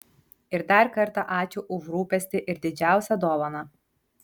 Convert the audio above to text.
ir dar kartą ačiū už rūpestį ir didžiausią dovaną